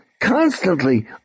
constantly